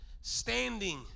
standing